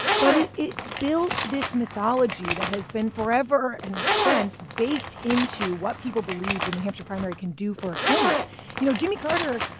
but it it built this mythology that has been forever and since baked into what people believe the new hampshire primary can do for a candidate you know, jimmy carter,